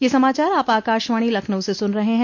ब्रे क यह समाचार आप आकाशवाणी लखनऊ से सुन रहे हैं